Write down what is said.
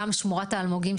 גם שמורת האלמוגים,